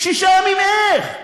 שישה ימים, איך?